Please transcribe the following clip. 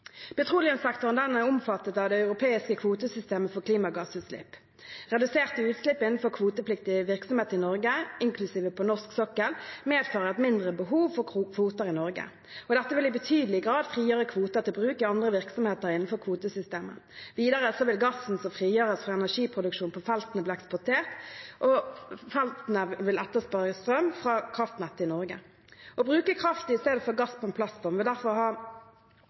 Petroleumssektoren er omfattet av det europeiske kvotesystemet for klimagassutslipp. Reduserte utslipp innenfor kvotepliktig virksomhet i Norge, inklusiv på norsk sokkel, medfører et mindre behov for kvoter i Norge. Dette vil i betydelig grad frigjøre kvoter til bruk i andre virksomheter innenfor kvotesystemet. Videre vil gassen som frigjøres fra energiproduksjon på feltene, bli eksportert, og feltene vil etterspørre strøm fra kraftnettet i Norge. Å bruke kraft i stedet for gass på en plattform vil derfor ha